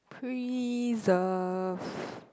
preserve